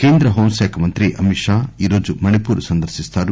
కేంద్ర హోం శాఖ మంత్రి అమిత్ షా ఈరోజు మణిపూర్ సందర్శింస్తారు